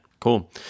Cool